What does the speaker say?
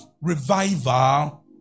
revival